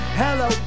hello